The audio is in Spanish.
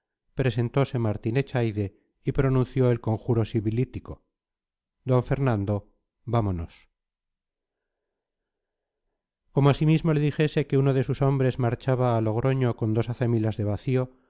las añoranzas presentose martín echaide y pronunció el conjuro sibilítico d fernando vámonos como asimismo le dijese que uno de sus hombres marchaba a logroño con dos acémilas de vacío